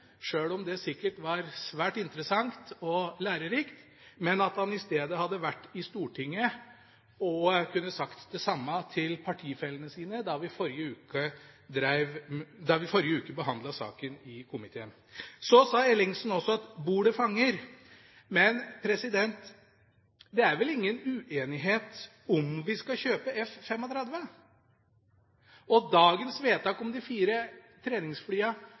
sjøl om det sikkert var svært interessant og lærerikt, men at han i stedet hadde vært i Stortinget og sagt det samme til partifellene sine, da vi i forrige uke behandlet saken i komiteen. Så sa Ellingsen også at bordet fanger. Men det er vel ingen uenighet om hvorvidt vi skal kjøpe F-35. Dagens vedtak om de fire